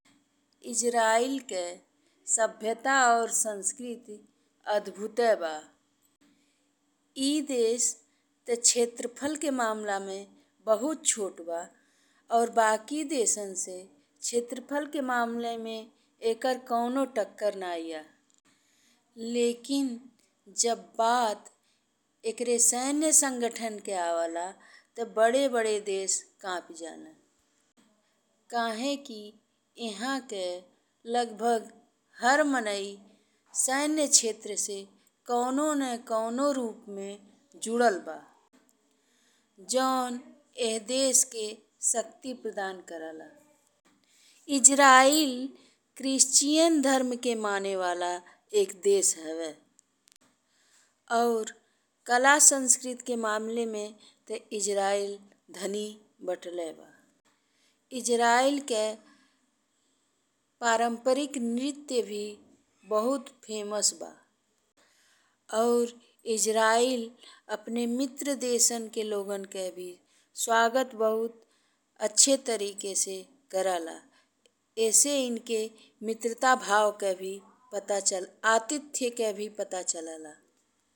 Israel के सभ्यता और संस्कृति अदभुत बा। ई देश ते क्षेत्रफल के मामला में बहुत छोट बा और बाकि देसन से क्षेत्रफल के मामले में एकर कउनो टक्कर नाहीं बा, लेकिन जब बात एकरे सैन्य संगठन के आवेला ते बड़े-बड़े देश कापी जाले। काहे कि एहां के लगभग हर माने सैन्य क्षेत्र से कउनो न कउनो रूप से जुड़ल बा जौन एह देश के शक्ति प्रदान करेला। इज़रायल जिउस धर्म के माने वाला एक देश हवे और कला संस्कृति के मामले में ते इज़रायल धनी बतले बा। इज़रायल के परंपरिक नृत्य भी बहुत फेमस बा और इज़रायल अपने मित्र देसन के लोगन के भी स्वागत बहुत अच्छे तरीके से करेला। एसे इनके मित्रता भाव के भी अतिथि के भी पता चलेला।